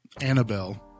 Annabelle